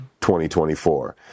2024